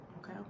Okay